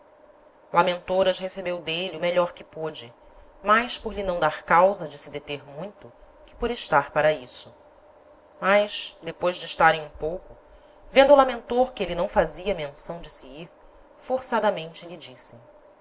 lamentor as recebeu d'êle o melhor que pôde mais por lhe não dar causa de se deter muito que por estar para isso mas depois de estarem um pouco vendo lamentor que êle não fazia menção de se ir forçadamente lhe disse